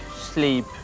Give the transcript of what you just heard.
sleep